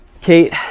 Kate